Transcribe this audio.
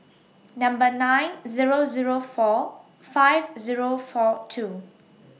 Number nine Zero Zero four five Zero four two